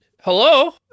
hello